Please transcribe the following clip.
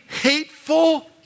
hateful